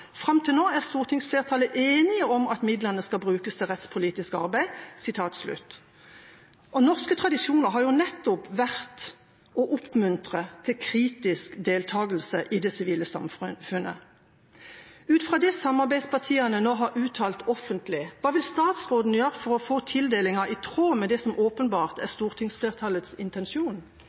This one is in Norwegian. fram til nå er Stortingsflertallet enige om at midlene kan brukes til rettspolitisk arbeid.» Norske tradisjoner har nettopp vært å oppmuntre til kritisk deltakelse i det sivile samfunnet. Ut fra det samarbeidspartiene nå har uttalt offentlig, hva vil statsråden gjøre for å få tildelingen i tråd med det som åpenbart er stortingsflertallets intensjon?